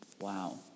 Wow